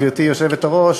גברתי היושבת-ראש,